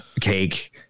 cake